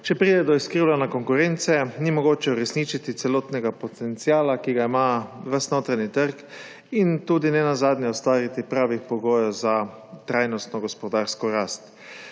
Če pride do izkrivljenja konkurence, ni mogoče uresničiti celotnega potenciala, ki ga ima ves notranji trg, in tudi ne ustvariti pravih pogojev za trajnostno gospodarsko rast.